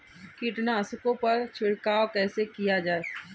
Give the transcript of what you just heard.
कीटनाशकों पर छिड़काव कैसे किया जाए?